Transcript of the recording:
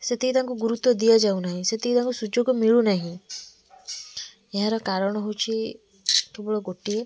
ସେତିକି ତାଙ୍କୁ ଗୁରୁତ୍ୱ ଦିଆ ଯାଉନାହିଁ ସେତିକି ତାଙ୍କୁ ସୁଯୋଗ ମିଳୁନାହିଁ ଏହାର କାରଣ ହେଉଛି କେବଳ ଗୋଟିଏ